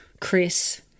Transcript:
Chris